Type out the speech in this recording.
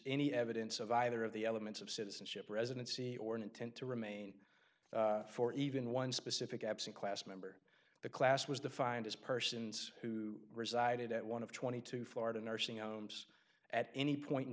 any evidence of either of the elements of citizenship residency or an intent to remain for even one specific absent class member the class was defined as persons who resided at one of twenty two dollars florida nursing homes at any point in